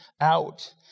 out